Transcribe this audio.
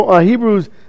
Hebrews